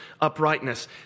uprightness